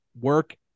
work